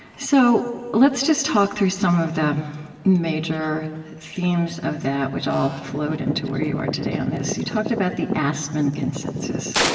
so let's just talk through some of the major themes of that, which i'll float into where you are today on this. you talked about the aspen consensus.